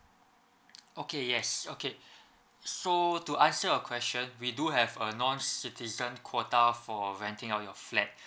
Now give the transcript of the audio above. okay yes okay so to answer your question we do have a non citizen quota for renting out your flat